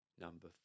Number